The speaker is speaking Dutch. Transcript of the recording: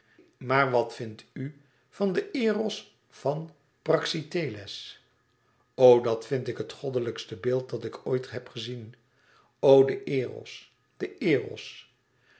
maar wat vindt u van den eros van praxiteles o dat vind ik het goddelijkste beeld dat ik ooit heb gezien o de eros de eros